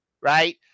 right